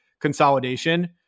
consolidation